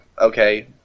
okay